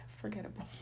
forgettable